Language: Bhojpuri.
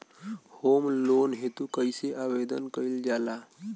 होम लोन हेतु कइसे आवेदन कइल जाला?